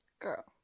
Girl